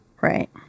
Right